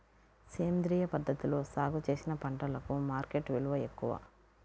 సేంద్రియ పద్ధతిలో సాగు చేసిన పంటలకు మార్కెట్ విలువ ఎక్కువ